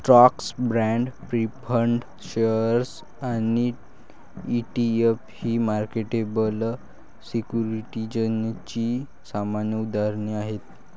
stocks, bonds, preferred shares आणि ETF ही marketable सिक्युरिटीजची सामान्य उदाहरणे आहेत